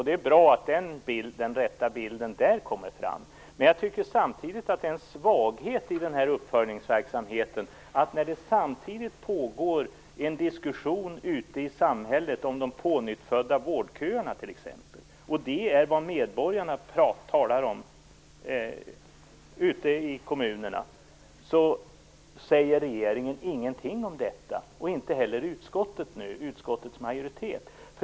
Det är bra att den rätta bilden kommer fram i skrivelsen. Men samtidigt är det en svaghet i uppföljningsverksamheten att när det pågår en diskussion ute i samhället om t.ex. de pånyttfödda vårdköerna - vilket är vad medborgarna talar om ute i kommunerna - så säger regeringen ingenting om detta. Det gör inte heller utskottets majoritet.